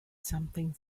something